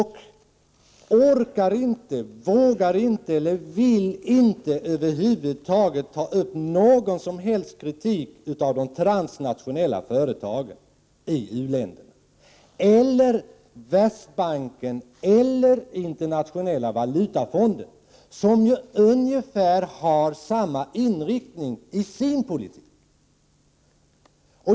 Hon orkar inte, vågar inte eller vill inte över huvud taget ta upp någon som helst kritik av de transnationella företagens verksamhet i u-länderna. Hon kritiserar inte heller Världsbanken eller Internationella valutafonden som ju har ungefär samma inriktning i sin politik.